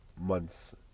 months